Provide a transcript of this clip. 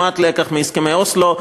למד לקח מהסכמי אוסלו,